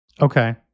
Okay